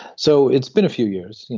so it's been a few years,